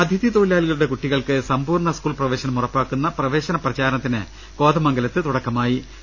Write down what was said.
അതിഥി തൊഴിലാളികളുടെ കുട്ടികൾക്ക് സമ്പൂർണ്ണ സ്കൂൾ പ്രവേശനം ഉറപ്പാക്കുന്ന പ്രവേശന പ്രചാരണത്തിന് കോതമംഗലത്ത് തുടക്കം കുറിച്ചു